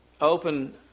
Open